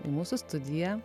į mūsų studiją